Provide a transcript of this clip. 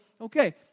Okay